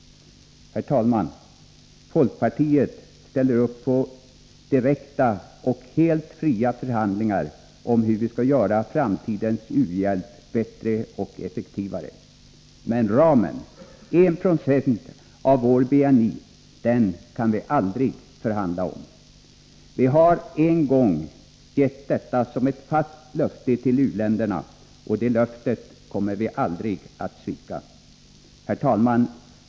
Herr talman! Folkpartiet ställer upp på direkta och helt fria förhandlingar om hur vi skall göra framtidens u-hjälp bättre och effektivare. Men ramen — 1 90 av vår BNI — kan vi inte förhandla om. Vi har en gång gett detta som ett fast löfte till u-länderna, och det löftet kommer vi aldrig att svika. Herr talman!